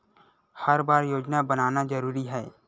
हर बार योजना बनाना जरूरी है?